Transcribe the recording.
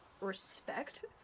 respect